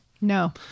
No